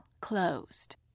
closed